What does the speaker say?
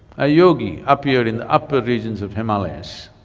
a yogi appeared in the upper regions of himalayas.